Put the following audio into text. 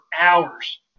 hours